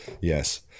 yes